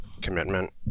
commitment